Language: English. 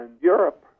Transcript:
Europe